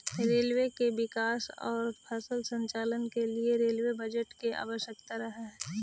railway के विकास औउर सफल संचालन के लिए रेलवे बजट के आवश्यकता रहऽ हई